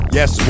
Yes